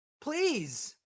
Please